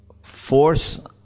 force